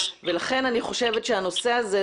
לכן אני חושבת שהנושא הזה,